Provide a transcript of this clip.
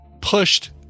pushed